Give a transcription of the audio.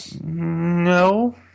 No